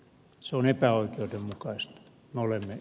se on epäoikeudenmukaista